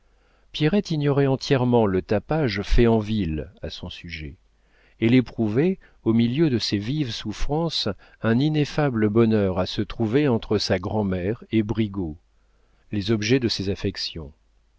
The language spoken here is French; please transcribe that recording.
pierrette ignorait entièrement le tapage fait en ville à son sujet elle éprouvait au milieu de ses vives souffrances un ineffable bonheur à se trouver entre sa grand'mère et brigaut les objets de ses affections